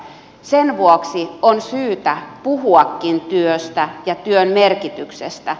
sen vuoksi on syytä puhuakin työstä ja työn merkityksestä